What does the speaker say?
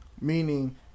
Meaning